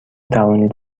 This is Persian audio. توانید